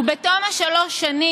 ובתום שלוש השנים,